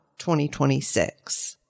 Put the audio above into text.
2026